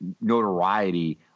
notoriety